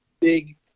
big –